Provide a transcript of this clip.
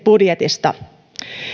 budjetista